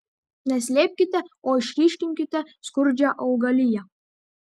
ne slėpkite o išryškinkite skurdžią augaliją